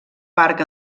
parc